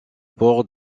port